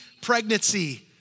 pregnancy